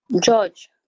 george